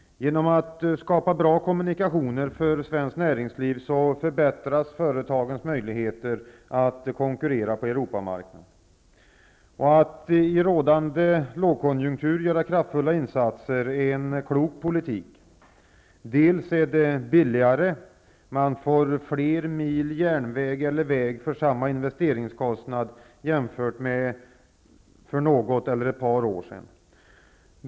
Genom att vi skapar bra kommunikationer för svenskt näringsliv förbättras företagens möjligheter att konkurrera på Europamarknaden. Att i den rådande lågkonjunkturen göra kraftfulla insatser är en klok politik. Dels blir det billigare. Man får fler mil järnväg eller väg för samma investeringskostnad jämfört med för ett par år sedan.